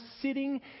sitting